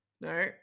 no